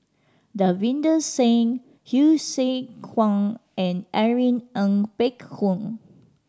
Davinder Singh Hsu Tse Kwang and Irene Ng Phek Hoong